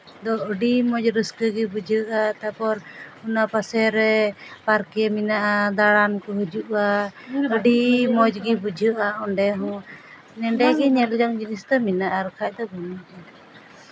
ᱫᱚ ᱟᱹᱰᱤ ᱢᱚᱡᱽ ᱨᱟᱹᱥᱠᱟᱹ ᱜᱮ ᱵᱩᱡᱷᱟᱹᱜᱼᱟ ᱛᱟᱨᱯᱚᱨ ᱚᱱᱟ ᱯᱟᱥ ᱨᱮ ᱯᱟᱨᱠ ᱢᱮᱱᱟᱜᱼᱟ ᱫᱟᱬᱟᱱ ᱠᱚ ᱦᱤᱡᱩᱜᱼᱟ ᱟᱹᱰᱤ ᱢᱚᱡᱽ ᱜᱮ ᱵᱩᱡᱷᱟᱹᱜᱼᱟ ᱚᱰᱮ ᱦᱚᱸ ᱱᱚᱰᱮᱜᱮ ᱧᱮᱞ ᱡᱚᱝ ᱡᱤᱱᱤᱥ ᱫᱚ ᱢᱮᱱᱟᱜᱼᱟ ᱟᱨ ᱵᱟᱝᱠᱷᱟᱱ ᱫᱚ ᱵᱟᱝ